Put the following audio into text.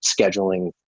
scheduling